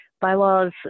bylaws